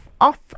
off